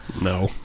No